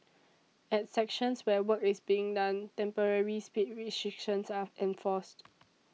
at sections where work is being done temporary speed restrictions are enforced